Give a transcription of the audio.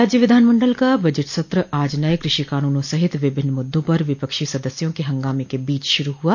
राज्य विधानमंडल का बजट सत्र आज नये कृषि कानूनों सहित विभिन्न मुद्दों पर विपक्षी सदस्यों के हंगाम के बीच शुरू हआ